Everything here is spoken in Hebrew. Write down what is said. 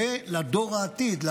ולדור העתיד,